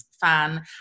Fan